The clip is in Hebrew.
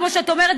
כמו שאת אומרת,